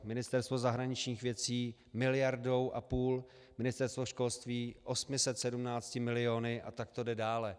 Ministerstvo zahraničních věcí miliardou a půl, Ministerstvo školství 817 miliony a tak to jde dále.